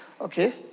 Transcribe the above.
Okay